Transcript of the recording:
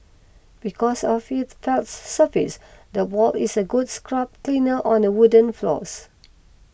because of its sounds surface the ball is a good scruff cleaner on a wooden floors